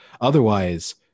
Otherwise